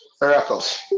miracles